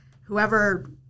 Whoever